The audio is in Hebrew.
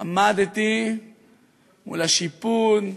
עמדתי מול השיפוד,